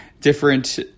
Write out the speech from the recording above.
different